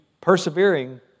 persevering